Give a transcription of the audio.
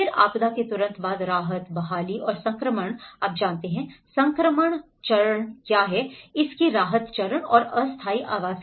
फिर आपदा के तुरंत बाद राहत बहाली और संक्रमण आप जानते हैं संक्रमण चरण क्या है इसके राहत चरण और अस्थायी आवास